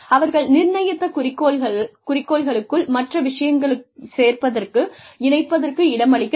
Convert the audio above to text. அவர்கள் நிர்ணயித்த குறிக்கோளுக்குள் மற்ற விஷயங்களைச் சேர்ப்பதற்கு இணைப்பதற்கு இடமளிக்க வேண்டும்